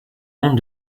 monde